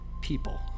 people